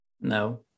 No